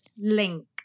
link